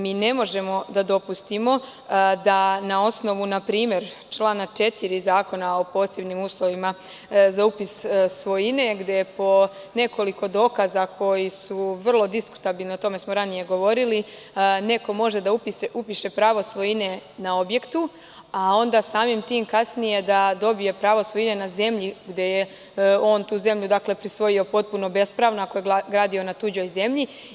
Mi ne možemo da dopustimo da na osnovu, na primer, člana 4. Zakona o posebnim uslovima za upis svojine, gde po nekoliko dokaza koji su vrlo diskutabilni, o tome smo ranije govorili, neko može da upiše pravo svojine na objektu, a onda samim tim kasnije da dobije pravo svojine na zemlji gde je on tu zemlju prisvojio potpuno bespravno ako je gradio na tuđoj zemlji.